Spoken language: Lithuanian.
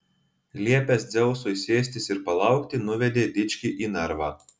liepęs dzeusui sėstis ir palaukti nuvedė dičkį į narvą